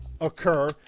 occur